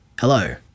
Hello